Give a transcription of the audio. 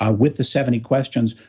ah with the seventy questions,